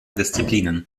disziplinen